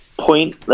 point